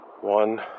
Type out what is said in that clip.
one